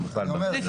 ובכלל בממשלה.